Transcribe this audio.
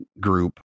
group